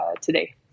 today